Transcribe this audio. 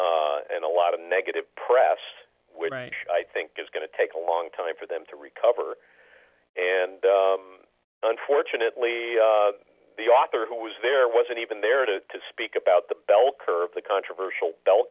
and a lot of negative press which i think is going to take a long time for them to recover and unfortunately the author who was there wasn't even there to speak about the bell curve the controversial bell